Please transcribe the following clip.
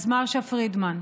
אז מרשה פרידמן,